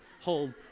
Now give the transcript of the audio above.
hold